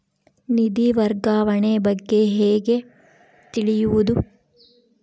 ನಿಧಿ ವರ್ಗಾವಣೆ ಬಗ್ಗೆ ಹೇಗೆ ತಿಳಿಯುವುದು?